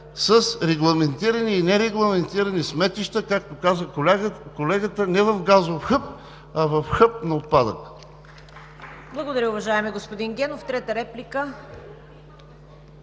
с регламентирани и нерегламентирани сметища, както каза колегата, не в газов хъб, а в хъб на отпадък.